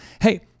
Hey